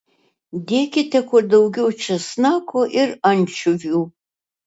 dėkite kuo daugiau česnako ir ančiuvių